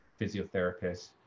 physiotherapists